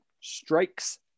strikes